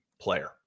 player